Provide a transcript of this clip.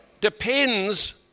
depends